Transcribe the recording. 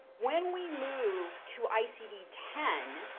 when we move to icd ten,